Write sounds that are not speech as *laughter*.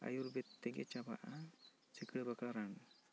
ᱟᱹᱭᱩᱨᱵᱮᱫᱽ ᱛᱮᱜᱮ ᱪᱟᱵᱟᱜᱼᱟ ᱪᱤᱠᱟᱹ ᱵᱟᱠᱟ ᱨᱟᱱ *unintelligible*